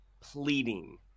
pleading